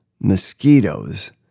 mosquitoes